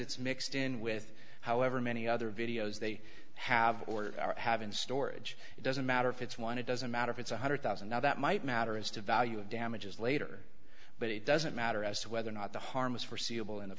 it's mixed in with however many other videos they have or are having storage it doesn't matter if it's one it doesn't matter if it's one hundred thousand now that might matter as to value of damages later but it doesn't matter as to whether or not the harm was forseeable in the